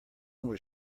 was